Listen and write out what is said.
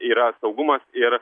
yra saugumas ir